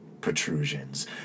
protrusions